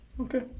okay